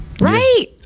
Right